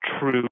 true